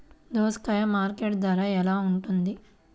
దోసకాయలు మార్కెట్ ధర ఎలా ఉంటుంది?